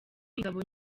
ingabo